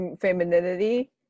Femininity